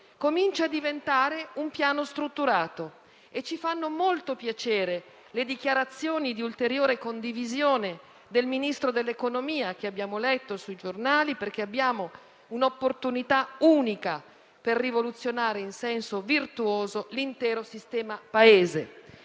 comincia a diventare un piano strutturato. Ci fanno molto piacere le dichiarazioni di ulteriore condivisione del Ministro dell'economia, che abbiamo letto sui giornali, perché abbiamo un'opportunità unica per rivoluzionare in senso virtuoso l'intero sistema Paese.